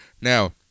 Now